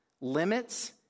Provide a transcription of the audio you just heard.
Limits